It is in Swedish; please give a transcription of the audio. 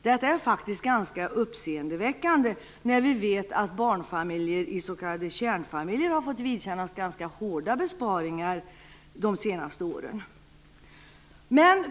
Detta är faktiskt ganska uppseendeväckande, när vi vet att s.k. kärnfamiljer har fått vidkännas ganska hårda besparingar under de senaste åren.